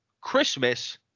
Christmas